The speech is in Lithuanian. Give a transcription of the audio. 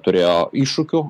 turėjo iššūkių